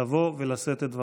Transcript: לבוא ולשאת את דבריו.